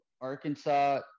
Arkansas